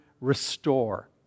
restore